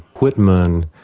whitman,